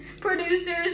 producers